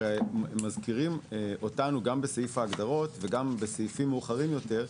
מזכירים אותנו גם בסעיף ההגדרות וגם בסעיפים מאוחרים יותר,